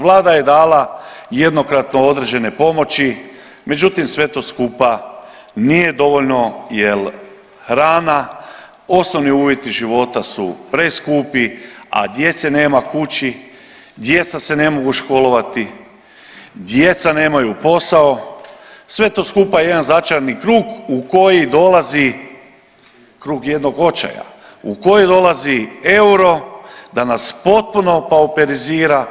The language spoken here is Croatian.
Vlada je dala jednokratno određene pomoći, međutim sve to skupa nije dovoljno jer hrana, osnovni uvjeti života su preskupi, a djece nema kući, djeca se ne mogu školovati, djeca nemaju posao, sve to skupa je jedan začarani krug u koji dolazi, krug jednog očaja, u koji dolazi euro da nas potpuno opauperizira,